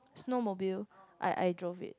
snowmobile I I drove it